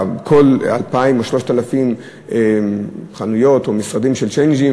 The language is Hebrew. בכל 2,000 או 3,000 חנויות או משרדים של צ'יינג'ים,